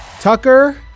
Tucker